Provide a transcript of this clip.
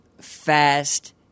fast